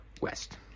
West